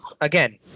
again